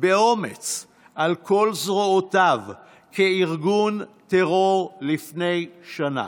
על כל זרועותיו כארגון טרור לפני שנה,